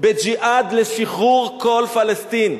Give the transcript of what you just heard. בג'יהאד לשחרור כל פלסטין.